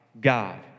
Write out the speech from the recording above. God